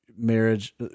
Marriage